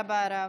תודה רבה, הרב.